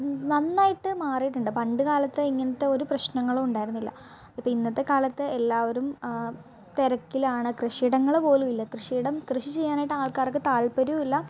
നന്നായിട്ട് മാറിയിട്ടുണ്ട് പണ്ട് കാലത്ത് ഇങ്ങനത്തെ ഒരു പ്രശ്നങ്ങളും ഉണ്ടായിരുന്നില്ല അപ്പം ഇന്നത്തെക്കാലത്ത് എല്ലാവരും തിരക്കിലാണ് കൃഷി ഇടങ്ങൾ പോലും ഇല്ല കൃഷി ഇടം കൃഷി ചെയ്യാനായിട്ട് ആൾക്കാർക്ക് താല്പര്യവുമില്ല